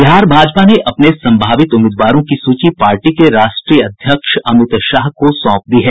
बिहार भाजपा ने अपने संभावित उम्मीदवारों की सूची पार्टी के राष्ट्रीय अध्यक्ष अमित शाह को सौंप दी है